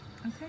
Okay